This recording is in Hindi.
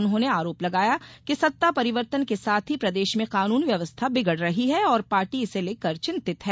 उन्होंने आरोप लगाया कि सत्ता परिवर्तन के साथ ही प्रदेश में कानून व्यवस्था बिगड़ रही है और पार्टी इसे लेकर चिंतित है